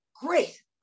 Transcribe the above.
great